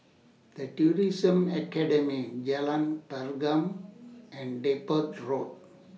The Tourism Academy Jalan Pergam and Depot Road